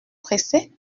pressé